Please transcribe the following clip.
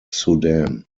sudan